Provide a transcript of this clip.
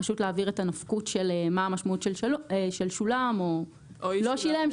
להבהיר את הנפקות של מה המשמעות של שולם או לא שילם,